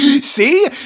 See